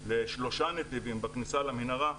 לשלושה נתיבים בכניסה למנהרה,